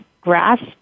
grasp